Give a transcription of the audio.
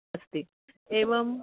अस्ति एवम्